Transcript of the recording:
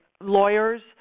lawyers